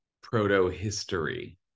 proto-history